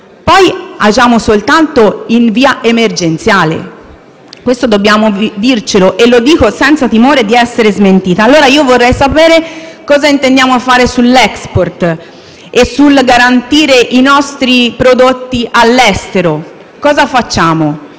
agiamo soltanto in via emergenziale. Questo dobbiamo dircelo e lo faccio senza timore di essere smentita. Vorrei sapere che cosa intendiamo fare sull'*export* e per garantire i nostri prodotti all'estero. Che cosa facciamo?